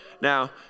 Now